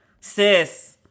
sis